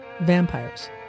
vampires